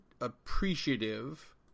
appreciative